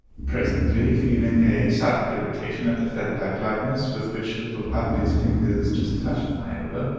presently, feeling a sudden irritation at the feather-like lightness with which little ugly's fingers just touched my elbow,